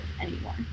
anymore